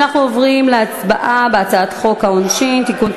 אנחנו עוברים להצבעה על הצעת חוק העונשין (תיקון,